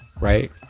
Right